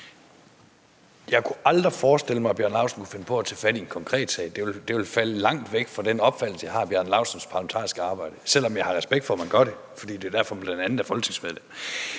Jeg ville aldrig kunne forestille mig, at hr. Bjarne Laustsen kunne finde på at tage fat i en konkret sag – det ville falde langt uden for den opfattelse, jeg har, af hr. Bjarne Laustsens parlamentariske arbejde, selv om jeg har respekt for, at man gør det, for det er bl.a. derfor, man er folketingsmedlem.